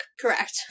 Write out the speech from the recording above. correct